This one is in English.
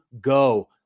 go